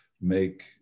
make